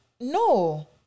no